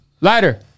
Lighter